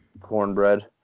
Cornbread